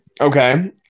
Okay